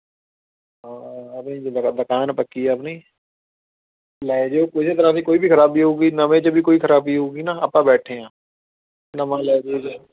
ਦੁਕਾਨ ਪੱਕੀ ਹੈ ਆਪਣੀ ਲੈ ਜਿਓ ਕਿਸੇ ਤਰ੍ਹਾਂ ਦੀ ਕੋਈ ਵੀ ਖਰਾਬੀ ਹੂਗੀ ਨਵੇਂ 'ਚ ਵੀ ਕੋਈ ਖਰਾਬੀ ਹੋਵੇਗੀ ਨਾ ਆਪਾਂ ਬੈਠੇ ਹਾਂ ਨਵਾਂ ਲੈ ਜਿਓ ਚਾਹੇ